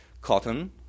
Cotton